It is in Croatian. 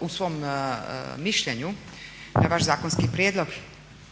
u svom mišljenju na vaš zakonski prijedlog